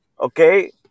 Okay